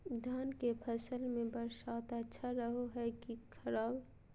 धान के फसल में बरसात अच्छा रहो है कि खराब?